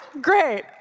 Great